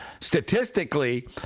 statistically